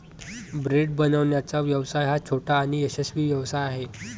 bread बनवण्याचा व्यवसाय हा छोटा आणि यशस्वी व्यवसाय आहे